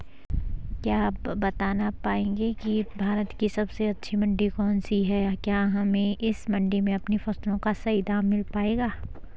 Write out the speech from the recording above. क्या आप बताना पाएंगे कि भारत की सबसे अच्छी मंडी कौन सी है क्या हमें इस मंडी में अपनी फसलों का सही दाम मिल पायेगा?